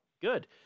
good